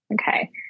Okay